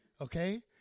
Okay